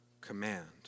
command